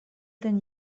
than